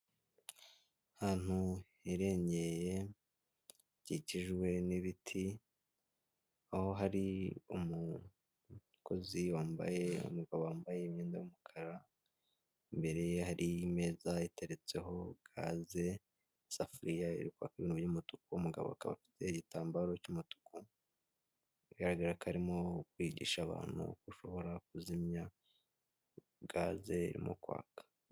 Ahantu hirengeye hakikijwe n'ibiti, aho hari umukozi wambaye umugabo wambaye imyenda y'umukara, imbere hari imeza iteretseho gaze, isafuriya inyuma y'umutuku umugabo akaba afite igitambaro cy'umutuku, bigaragara ko arimo kwigisha abantu uko ushobora kuzimya gaze irimo kwaka.